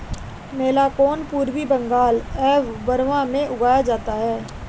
मैलाकोना पूर्वी बंगाल एवं बर्मा में उगाया जाता है